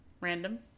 random